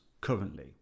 currently